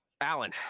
Alan